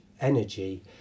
energy